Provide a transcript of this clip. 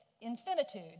Infinitude